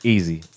Easy